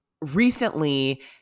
recently –